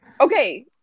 Okay